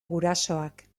gurasoak